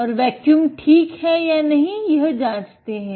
और वेक्यूम ठीक है यह जांचते हैं